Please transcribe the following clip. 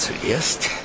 zuerst